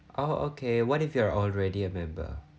oh okay what if we're already a member